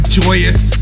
joyous